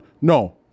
No